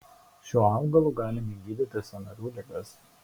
šiuo augalu galime gydyti sąnarių ligas